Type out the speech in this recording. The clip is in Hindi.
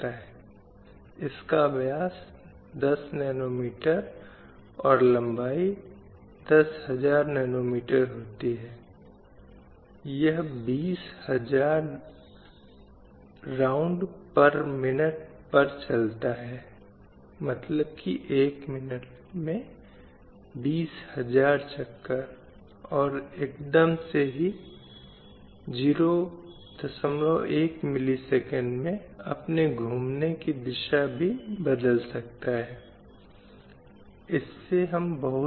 या यह देखा जाता है कि महिलाएँ और बालिकाएँ इस तरह की हिंसा का अधिक शिकार नहीं बनती हैं इसलिए लैंगिक न्याय की उपलब्धि में महिलाओं को ऐसे उल्लंघनों से बचाना आवश्यक है जो परिवारों में होते हैं जो समाज में होते हैंअधिकारों के सम्बन्ध में